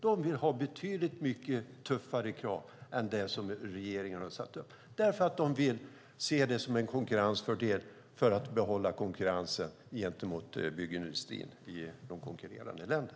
Man vill ha betydligt tuffare krav än dem som regeringen har satt upp. De ser det som en konkurrensfördel för att behålla konkurrenskraften gentemot byggindustrin i konkurrerande länder.